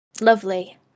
lovely